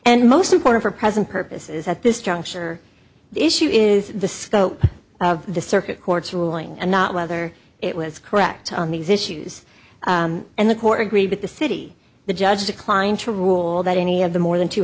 and most important for present purposes at this juncture the issue is the scope of the circuit court's ruling and not whether it was correct on these issues and the court agreed with the city the judge declined to rule that any of the more than two